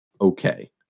okay